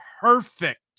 perfect